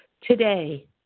Today